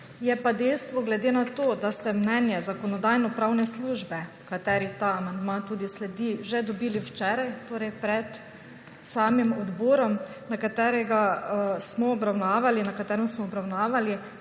Je pa dejstvo, glede na to, da ste mnenje Zakonodajno-pravne službe, ki ji ta amandma tudi sledi, dobili že včeraj, torej pred samim odborom, na katerem smo obravnavali